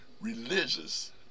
Religious